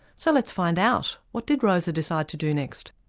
so let's find out, what did rosa decide to do next?